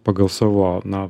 pagal savo na